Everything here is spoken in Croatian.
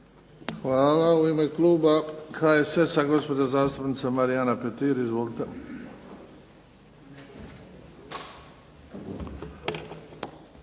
Hvala. U ime kluba HSS-a gospođa zastupnica Marijana Petir. Izvolite.